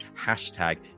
hashtag